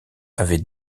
avait